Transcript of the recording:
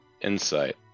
Insight